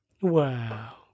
Wow